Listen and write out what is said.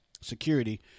security